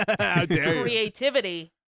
creativity